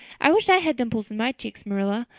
i wish i had dimples in my cheeks, marilla.